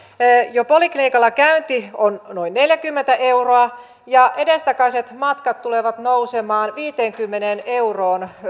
jo poliklinikalla käynti on noin neljäkymmentä euroa ja edestakaiset matkat tulevat nousemaan viiteenkymmeneen euroon